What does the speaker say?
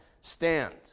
stand